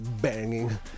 banging